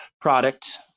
product